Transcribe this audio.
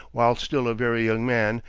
while still a very young man,